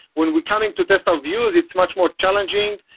when we're coming to test our views, it's much more challenging.